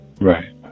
Right